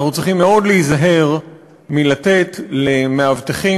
אנחנו צריכים מאוד להיזהר מלתת למאבטחים